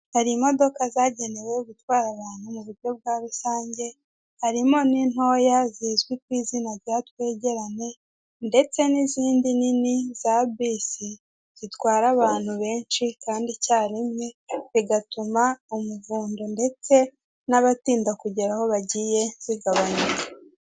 Hari imodoka zagenewe gutwara abantu mu buryo bwa rusange, harimo n'intoya zizwi ku izina rya Twegerane, ndetse n'izindi nini za Bisi. Zitwara abantu benshi kandi icya rimwe bigatuma umuvundo ndetse n'abatinda kugera aho bagiye zigabanuka.